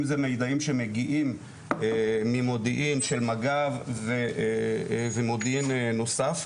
אם זה מידעים שמגיעים ממודיעין של מג"ב ומודיעין נוסף,